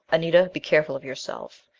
anita be careful of yourself!